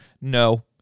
No